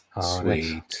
Sweet